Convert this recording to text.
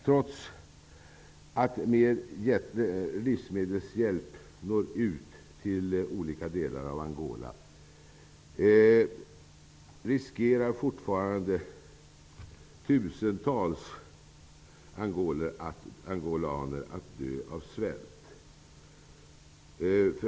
Trots att en ökad livsmedelshjälp når ut till olika delar av Angola riskerar fortfarande tusentals angolaner att dö av svält.